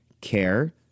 care